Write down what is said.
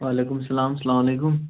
وعلیکُم سَلام سلام علیکُم